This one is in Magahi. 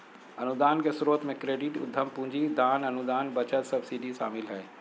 अनुदान के स्रोत मे क्रेडिट, उधम पूंजी, दान, अनुदान, बचत, सब्सिडी शामिल हय